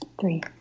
three